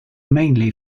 mainly